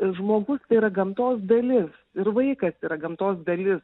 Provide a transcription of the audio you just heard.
žmogus yra gamtos dalis ir vaikas yra gamtos dalis